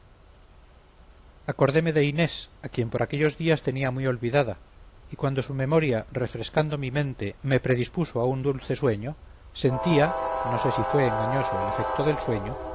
acordeme de inés a quien por aquellos días tenía muy olvidada y cuando su memoria refrescando mi mente me predispuso a un dulce sueño sentía no sé si fue engañoso efecto del sueño unos golpecitos en mi pecho producidos por vivas y